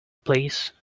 please